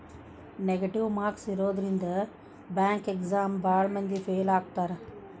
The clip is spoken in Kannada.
ನೆಗೆಟಿವ್ ಮಾರ್ಕ್ಸ್ ಇರೋದ್ರಿಂದ ಬ್ಯಾಂಕ್ ಎಕ್ಸಾಮ್ ಭಾಳ್ ಮಂದಿ ಫೇಲ್ ಆಗ್ತಾರಾ